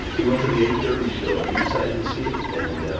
we went to the eight thirty show. and we decided to see it. and